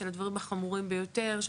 של הדברים החמורים ביותר.